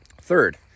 third